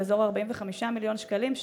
באזור 45 מיליון שקלים,